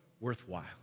worthwhile